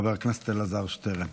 חבר הכנסת אלעזר שטרן.